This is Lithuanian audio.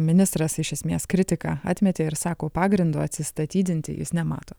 ministras iš esmės kritiką atmetė ir sako pagrindo atsistatydinti jis nemato